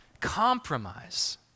compromise